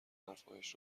حرفهایش